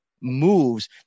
moves